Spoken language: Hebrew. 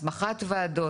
הסמכת ועדות.